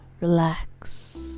relax